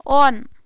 on